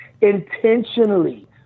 intentionally